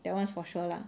that one is for sure lah